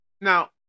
Now